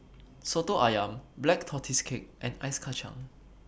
Soto Ayam Black Tortoise Cake and Ice Kachang